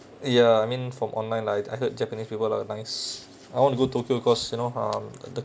ya I mean from online like I heard japanese people are nice I want go tokyo cause you know hmm